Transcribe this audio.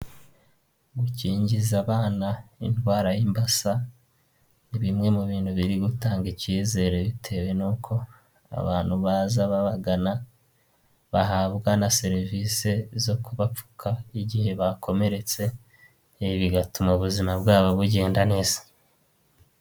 Gukingiza abana indwara y'imbasa, ni bimwe mu bintu biri gutanga ikizere bitewe n'uko abantu baza babagana bahabwa na serivise zo kubapfuka igihe bakomeretse, ibi bigatuma ubuzima bwabo bugenda neza.